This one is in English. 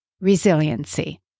resiliency